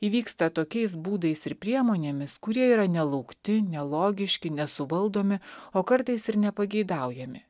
įvyksta tokiais būdais ir priemonėmis kurie yra nelaukti nelogiški nesuvaldomi o kartais ir nepageidaujami